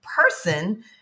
person